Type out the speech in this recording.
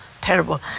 terrible